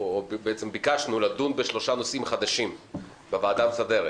ביקשנו לדון בשלושה נושאים חדשים בוועדה המסדרת.